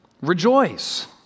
rejoice